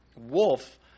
wolf